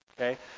Okay